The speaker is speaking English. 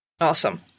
Awesome